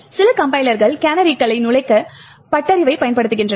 சில கம்பைலர்கள் கேனரிகளை நுழைக்க பட்டறிவை பயன்படுத்துகின்றன